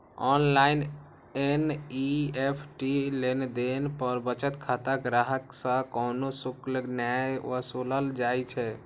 online NEFT लेनदेन पर बचत खाता ग्राहक सं कोनो शुल्क नै वसूलल जाइ छै